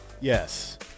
Yes